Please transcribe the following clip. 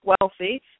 wealthy